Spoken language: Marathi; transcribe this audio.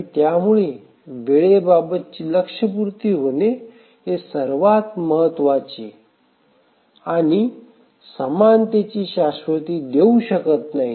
आणि त्यामुळे वेळेबाबत ची लक्ष्यपूर्ती होणे हे सर्वात महत्त्वाचे आपण समानतेची शास्वती देऊ शकत नाही